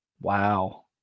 Wow